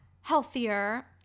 healthier